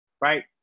right